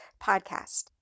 Podcast